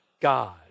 God